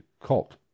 cult